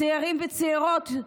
צעירים וצעירות,